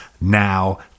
now